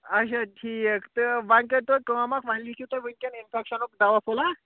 اچھا ٹھیٖک تہٕ وۄنۍ کٔرۍ تو کٲم اَکھ وۄنۍ لیٖکھِو تُہۍ ؤںکٮ۪ن اِنفیکشَنُک دَوا پھوٚلہ